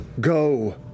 go